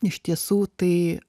iš tiesų tai